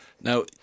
Now